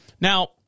Now